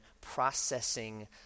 processing